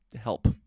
help